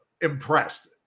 impressed